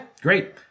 Great